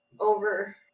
over